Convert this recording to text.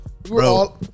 Bro